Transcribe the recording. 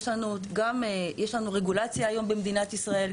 יש לנו רגולציה היום במדינת ישראל,